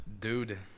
dude